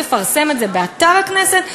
תפרסם את זה באתר הכנסת.